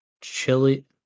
Chili